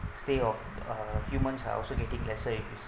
stay of uh humans are also getting lesser it is